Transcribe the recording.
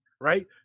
right